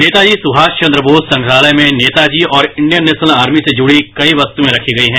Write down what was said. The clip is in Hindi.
नेताजी सुभाष चंद्र बोस संग्रहालय में नेताजी और इंडियन नेशनल आर्मी से जुड़ी कई वस्तुएं रखी हुई हैं